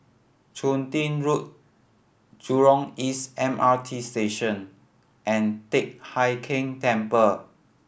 Chun Tin Road Jurong East M R T Station and Teck Hai Keng Temple